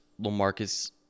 LaMarcus